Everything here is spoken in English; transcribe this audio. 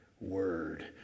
word